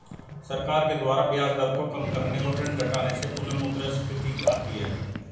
सरकार के द्वारा ब्याज दर को काम करने और ऋण घटाने से पुनःमुद्रस्फीति आती है